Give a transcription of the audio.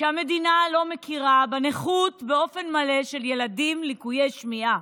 שהמדינה לא מכירה באופן מלא בנכות של ילדים עם ליקויי שמיעה.